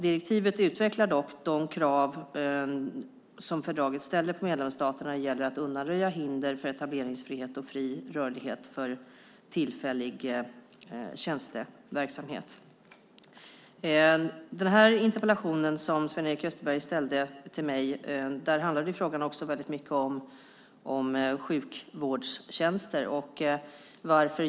Direktivet utvecklar dock de krav som fördraget ställer på medlemsstaterna när det gäller att undanröja hinder för etableringsfrihet och fri rörlighet för tillfällig tjänsteverksamhet. Sven-Erik Österbergs interpellation handlade också om sjukvårdstjänster.